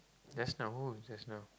just now just now